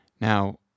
Now